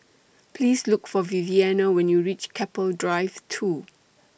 Please Look For Viviana when YOU REACH Keppel Drive two